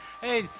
Hey